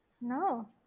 no